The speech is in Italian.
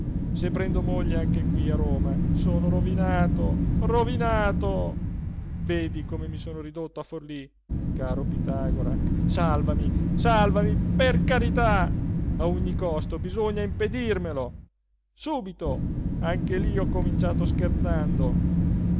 se prendo moglie anche qui a roma sono rovinato rovinato vedi come mi sono ridotto a forlí caro pitagora salvami salvami per carità a ogni costo bisogna impedirmelo subito anche lí ho cominciato scherzando